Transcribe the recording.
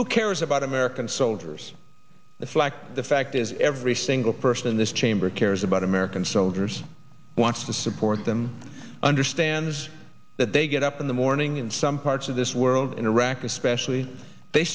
who cares about american soldiers the flag the fact is every single person in this chamber cares about american soldiers wants to support them understands that they get up in the morning in some parts of this world interact especially they